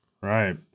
Right